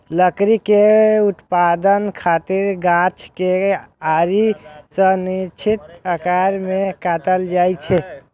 लकड़ी के उत्पादन खातिर गाछ कें आरी सं निश्चित आकार मे काटल जाइ छै